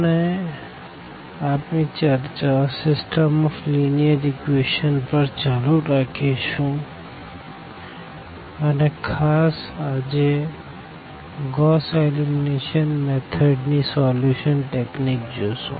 આપણે આપણી ચર્ચા સીસ્ટમ ઓફ લીનીઅર ઇક્વેશંસ પર ચાલુ રાખીશું અને ખાસ આજે ગોસ એલિમિનેશન મેથડ ની સોલ્યુશન ટેકનીક જોશું